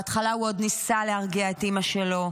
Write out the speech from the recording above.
בהתחלה הוא עוד ניסה להרגיע את אימא שלו,